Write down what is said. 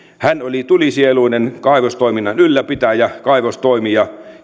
hän oli tulisieluinen kaivostoiminnan ylläpitäjä kaivostoimija